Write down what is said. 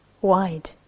wide